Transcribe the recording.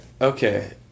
Okay